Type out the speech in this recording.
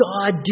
God